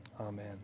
amen